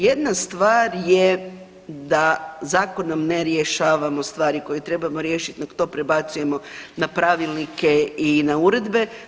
Jedna stvar je da zakonom ne rješavamo stvari koje trebamo riješiti, nego to prebacujemo na pravilnike i na uredbe.